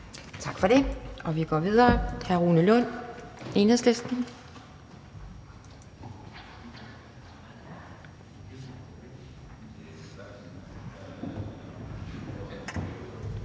Tak for det, og vi går videre til hr. Rune Lund, Enhedslisten.